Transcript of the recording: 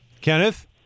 Kenneth